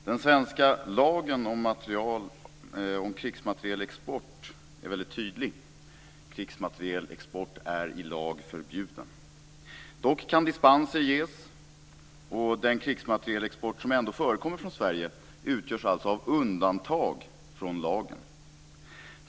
Fru talman! Den svenska lagen om krigsmaterielexport är väldigt tydlig: Krigsmaterielexport är i lag förbjuden. Dock kan dispenser ges. Den krigsmaterielexport som ändå förekommer från Sverige utgörs alltså av undantag från lagen.